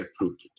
approved